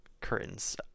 curtains